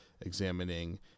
examining